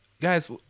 guys